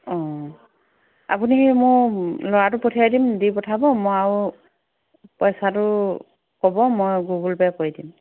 অ' আপুনি সেই মোৰ ল'ৰাটোক পঠিয়াই দিম দি পঠাব মই আৰু পইচাতো ক'ব মই গুগল পে' কৰি দিম